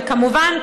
וכמובן,